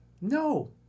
no